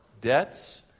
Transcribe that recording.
debts